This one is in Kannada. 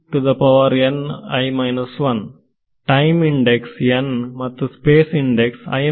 ಟೈಮ್ ಇಂಡೆಕ್ಸ್ ಮತ್ತು ಸ್ಪೇಸ್ ಇಂಡೆಕ್ಸ್ ಆಗಿದೆ